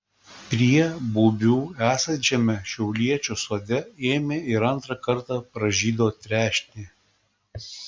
prie bubių esančiame šiauliečių sode ėmė ir antrą kartą pražydo trešnė